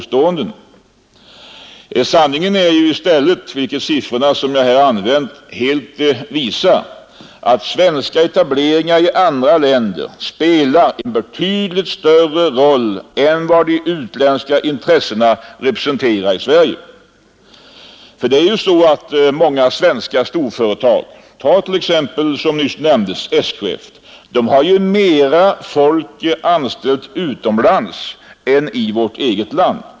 Sanningen är i stället, vilket de siffror som jag nämnt visar, att svenska etableringar i andra länder spelar en betydligt större roll än de utländska intressena i Sverige. Faktum är ju att många svenska storföretag, t.ex. SKF, har fler anställda utomlands än i vårt eget land.